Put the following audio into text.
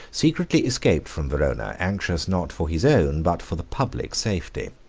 secretly escaped from verona, anxious not for his own, but for the public safety.